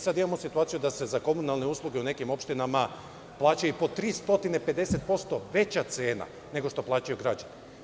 Sada imamo situaciju da se za komunalne usluge u nekim opštinama plaća i po 350% veća cena nego što plaćaju građani.